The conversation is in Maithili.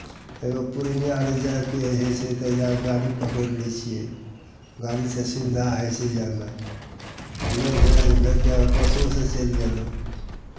एगो पूर्णियाँ अर जायके रहै छै तऽ गाड़ी पकड़ि लै छियै गाड़ीसँ सुविधा होइ छै जायमे नहि भेल भेल तऽ बसोसँ चलि गेलहुँ